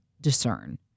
discern